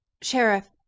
Sheriff